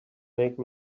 make